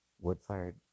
Wood-fired